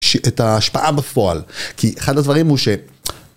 את ההשפעה בפועל, כי אחד הדברים הוא ש...